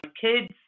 kids